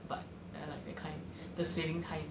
but ya like that kind the saving kind